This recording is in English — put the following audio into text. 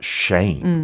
shame